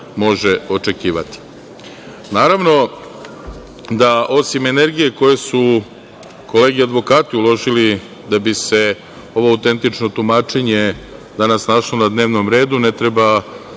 može očekivati. Naravno, da osim energije koje su kolege advokati uložili da bi se ovo autentično tumačenje danas našlo na dnevnom redu ne treba